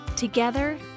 Together